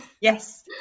Yes